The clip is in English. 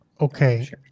okay